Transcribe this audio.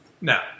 Now